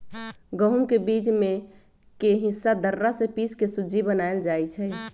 गहुम के बीच में के हिस्सा दर्रा से पिसके सुज्ज़ी बनाएल जाइ छइ